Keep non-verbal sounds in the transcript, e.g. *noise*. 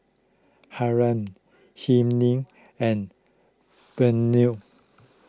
Hiram *unintelligible* and Burney